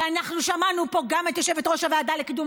ואנחנו שמענו פה גם את יושבת-ראש הוועדה לקידום